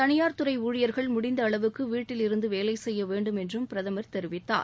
தளியார்துறை ஊழியர்கள் முடிந்த அளவுக்கு வீட்டில் இருந்து வேலைசெய்ய வேண்டும் என்றும் பிரதமர் தெரிவித்தார்